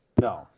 No